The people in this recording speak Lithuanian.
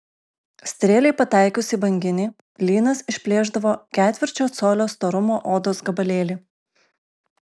strėlei pataikius į banginį lynas išplėšdavo ketvirčio colio storumo odos gabalėlį